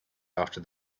after